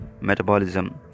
metabolism